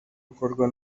ukorwa